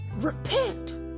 repent